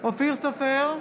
אופיר סופר,